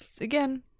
Again